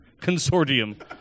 Consortium